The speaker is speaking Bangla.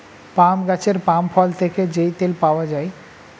পাম গাছের পাম ফল থেকে যেই তেল পাওয়া যায়